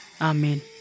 Amen